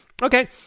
Okay